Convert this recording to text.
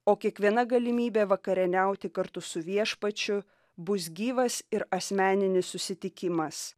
o kiekviena galimybė vakarieniauti kartu su viešpačiu bus gyvas ir asmeninis susitikimas